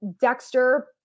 Dexter